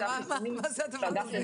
לירידת מועילות החיסון עם הזמן בכל הגילים.